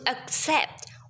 accept